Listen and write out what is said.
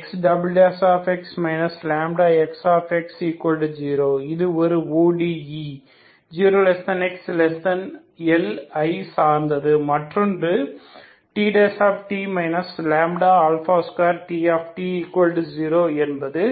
Xx λXx0 இது ஒரு ODE 0xL ஐ சார்ந்தது மற்றொன்று Tt λ2Tt0 என்பது